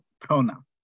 pronoun